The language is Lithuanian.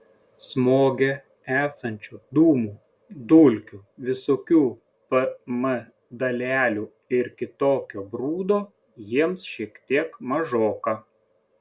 smoge esančių dūmų dulkių visokių pm dalelių ir kitokio brudo jiems šiek tiek mažoka